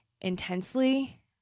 intensely